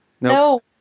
No